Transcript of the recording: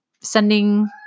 sending